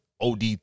OD